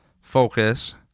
focus